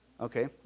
Okay